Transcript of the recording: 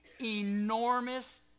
enormous